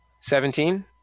Seventeen